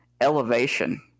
elevation